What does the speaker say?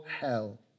hell